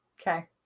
Okay